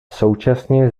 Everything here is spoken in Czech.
současně